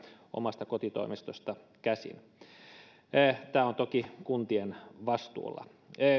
omasta kotitoimistosta käsin tämä on toki kuntien vastuulla